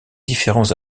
différents